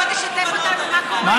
בוא, תשתף אותנו במה שקורה.